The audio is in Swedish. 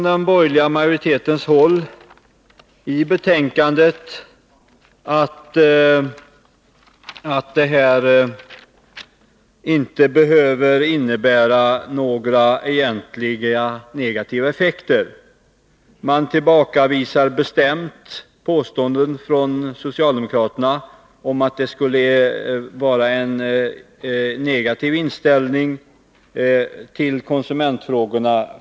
Den borgerliga majoriteten säger i betänkandet att besparingen inte behöver innebära några egentliga negativa effekter. Man tillbakavisar bestämt påståenden från socialdemokraterna om att det från borgerligt håll skulle vara en negativ inställning till konsumentfrågorna.